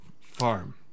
farm